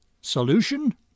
Solution